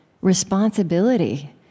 responsibility